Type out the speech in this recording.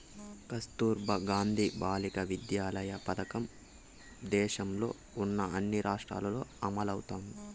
కస్తుర్బా గాంధీ బాలికా విద్యాలయ పథకం దేశంలో ఉన్న అన్ని రాష్ట్రాల్లో అమలవుతోంది